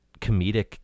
comedic